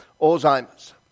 Alzheimer's